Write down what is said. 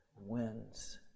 wins